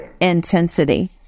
intensity